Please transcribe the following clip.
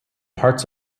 parts